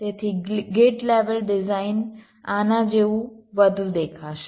તેથી gate level design આના જેવી વધુ દેખાશે